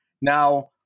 Now